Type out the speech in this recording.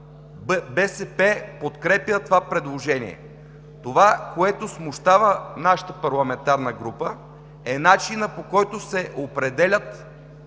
БСП подкрепя това предложение. Това, което смущава нашата парламентарна група, е начинът, по който се определят